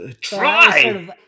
try